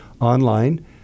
online